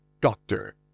doctor